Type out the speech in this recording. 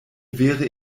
wäre